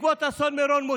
בעקבות אסון מירון,